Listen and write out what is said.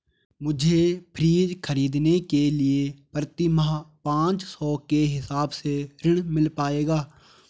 मुझे फ्रीज खरीदने के लिए प्रति माह पाँच सौ के हिसाब से ऋण मिल पाएगा?